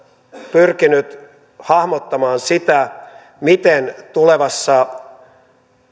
pyrkinyt hahmottamaan sitä miten tulevassa